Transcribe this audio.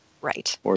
Right